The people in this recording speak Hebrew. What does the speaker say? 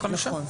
נכון.